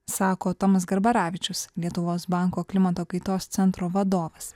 sako tomas garbaravičius lietuvos banko klimato kaitos centro vadovas